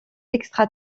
extra